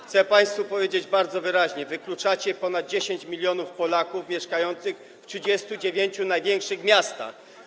Chcę państwu powiedzieć bardzo wyraźnie: wykluczacie ponad 10 mln Polaków mieszkających w 39 największych miastach.